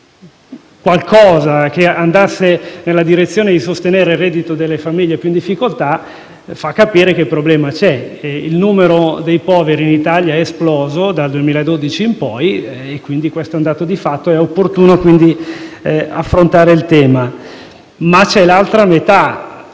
qualcosa che andasse nella direzione di sostenere il reddito delle famiglie più in difficoltà fa capire che il problema c'è: il numero dei poveri in Italia è esploso dal 2012 in poi, questo è un dato di fatto, e quindi è opportuno affrontare il tema. Ma c'è l'altra metà